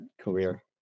career